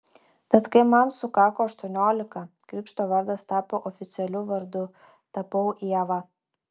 tad kai man sukako aštuoniolika krikšto vardas tapo oficialiu vardu tapau ieva